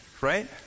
right